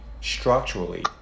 structurally